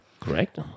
Correct